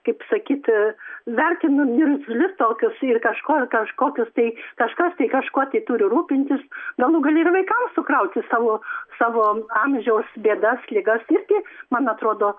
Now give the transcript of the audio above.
kaip sakyt vertinam niurgzlius tokius ir kažko kažkokius tai kažas tai kažkuo tai turi rūpintis galų gale ir vaikams sukrauti savo savo amžiaus bėdas ligas irgi man atrodo